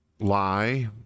lie